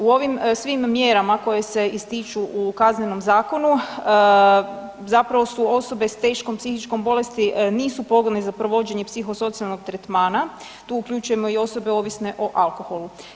U ovim svim mjerama koje se ističu u KZ-u zapravo su osobe s teškom psihičkom bolesti nisu pogodne za provođenje psihosocijalnog tretmana, tu uključujemo i osobe ovisne o alkoholu.